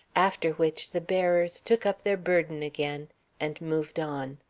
after which the bearers took up their burden again and moved on.